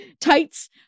tights